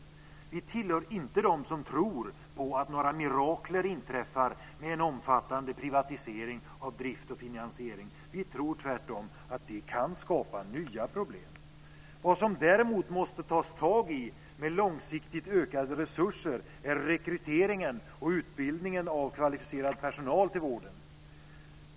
Vi hör inte till dem som tror på att några mirakel inträffar med omfattande privatisering av drift och finansiering. Vi tror tvärtom att det kan skapa nya problem. Vad man däremot måste ta tag i med långsiktigt ökade resurser är rekryteringen och utbildningen av kvalificerad personal till vården.